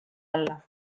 olla